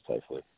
safely